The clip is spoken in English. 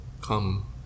come